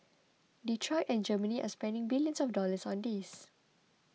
Detroit and Germany are spending billions of dollars on this